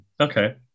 Okay